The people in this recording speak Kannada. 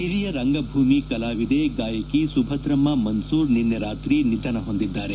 ಹಿರಿಯ ರಂಗಭೂಮಿ ಕಲಾವಿದೆ ಗಾಯಕಿ ಸುಭದ್ರಮ್ಮ ಮನ್ಲೂರ್ ನಿನ್ನೆ ರಾತ್ರಿ ನಿಧನ ಹೊಂದಿದ್ದಾರೆ